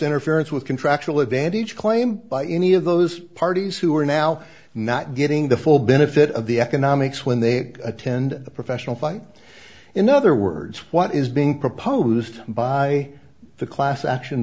interference with contractual advantage claim by any of those parties who are now not getting the full benefit of the economics when they attend a professional fight in other words what is being proposed by the class action